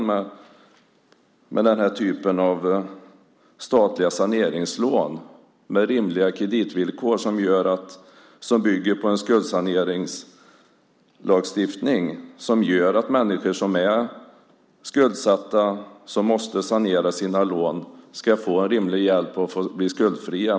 Där ordnade staten med den här typen av statliga saneringslån till rimliga kreditvillkor som bygger på en skuldsaneringslagstiftning som gör att människor som är skuldsatta och som måste sanera sina lån ska få en rimlig hjälp att bli skuldfria.